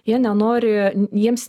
jie nenori jiems